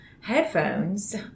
headphones